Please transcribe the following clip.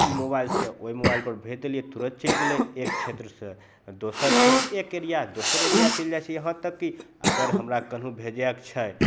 ई मोबाइलसे ओहि मोबाइलपर भेजि देलिए तुरन्त चलि गेलै एक क्षेत्रसे दोसर क्षेत्र एक एरिया दोसर एरिया चलि जाइ छै यहाँ तक कि अगर हमरा कोनहो भेजैके छै